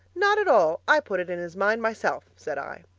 not at all! i put it in his mind myself said i.